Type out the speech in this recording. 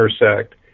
intersect